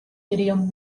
idiom